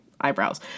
eyebrows